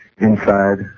inside